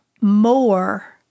more